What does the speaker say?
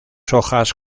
hojas